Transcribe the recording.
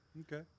Okay